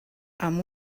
amb